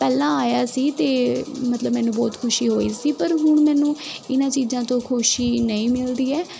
ਪਹਿਲਾਂ ਆਇਆ ਸੀ ਅਤੇ ਮਤਲਬ ਮੈਨੂੰ ਬਹੁਤ ਖੁਸ਼ੀ ਹੋਈ ਸੀ ਪਰ ਹੁਣ ਮੈਨੂੰ ਇਹਨਾਂ ਚੀਜ਼ਾਂ ਤੋਂ ਖੁਸ਼ੀ ਨਹੀਂ ਮਿਲਦੀ ਹੈ